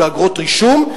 באגרות רישום,